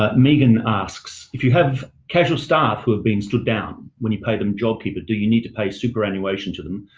ah megan asks if you have casual staff who have been stood down when you pay them jobkeeper, do you need to pay superannuation to them,